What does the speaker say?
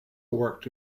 worked